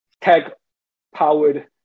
tech-powered